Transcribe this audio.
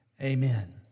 Amen